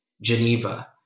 Geneva